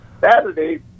Saturday